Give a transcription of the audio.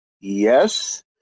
Yes